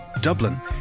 Dublin